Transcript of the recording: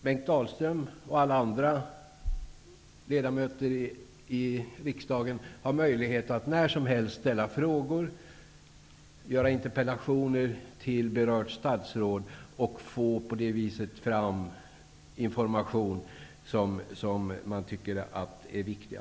Bengt Dalström och alla andra ledamöter i riksdagen har möjlighet att när som helst ställa frågor och interpellationer till berörd statsråd och på det viset få fram den information som man tycker är viktig.